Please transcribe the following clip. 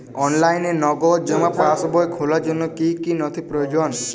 অনলাইনে নগদ জমা পাসবই খোলার জন্য কী কী নথি প্রয়োজন?